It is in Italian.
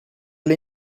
lei